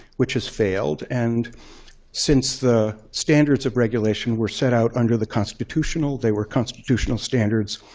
which has failed. and since the standards of regulation were set out under the constitutional they were constitutional standards,